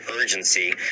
urgency